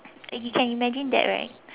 like you can imagine that right